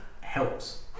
helps